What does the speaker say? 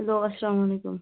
hello السلامُ علیکُم